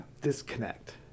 disconnect